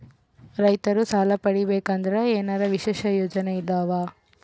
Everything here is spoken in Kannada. ರೈತರು ಸಾಲ ಪಡಿಬೇಕಂದರ ಏನರ ವಿಶೇಷ ಯೋಜನೆ ಇದಾವ?